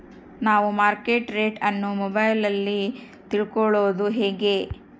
ನಾವು market rate ಅನ್ನು ಮೊಬೈಲಲ್ಲಿ ತಿಳ್ಕಳೋದು ಹೇಗೆ?